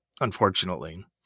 unfortunately